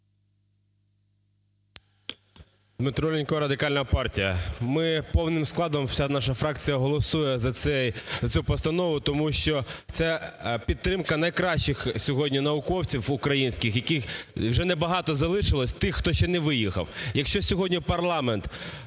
ДмитроЛінько, Радикальна партія. Ми повним складом, вся наша фракція, голосує за цю постанову, тому що це підтримка найкращих сьогодні науковців українських, яких вже небагато залишилось, тих, хто ще не виїхав. Якщо сьогодні парламент